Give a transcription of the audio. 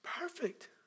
perfect